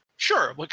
Sure